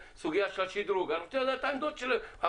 סוגיה של השדרוג ואני רוצה לדעת את העמדות של המועצה.